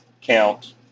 count